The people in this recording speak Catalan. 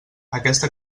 aquesta